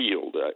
field